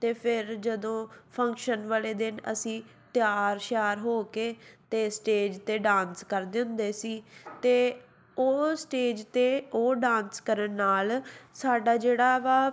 ਅਤੇ ਫਿਰ ਜਦੋਂ ਫੰਕਸ਼ਨ ਵਾਲੇ ਦਿਨ ਅਸੀਂ ਤਿਆਰ ਸ਼ਿਆਰ ਹੋ ਕੇ ਅਤੇ ਸਟੇਜ 'ਤੇ ਡਾਂਸ ਕਰਦੇ ਹੁੰਦੇ ਸੀ ਅਤੇ ਉਹ ਸਟੇਜ 'ਤੇ ਉਹ ਡਾਂਸ ਕਰਨ ਨਾਲ ਸਾਡਾ ਜਿਹੜਾ ਵਾ